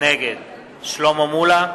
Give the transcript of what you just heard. נגד שלמה מולה,